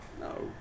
No